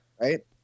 Right